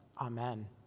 amen